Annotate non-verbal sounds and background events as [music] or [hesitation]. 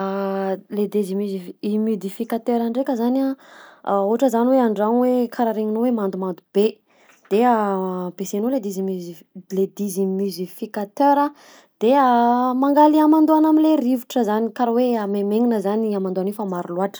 [hesitation] Le déshumidifi- humidificateur ndraka zany a: [hesitation] ohatra zany hoe an-dragno hoe karaha regninao hoe mandomando be de [hesitation] ampiasainao le déshumidif- le déshimusificateur a de [hesitation] mangala i hamandoana am'le rivotra zany karaha hoe amaimaignina zany igny hamandoana igny fa maro loatra.